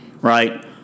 right